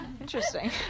Interesting